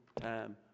time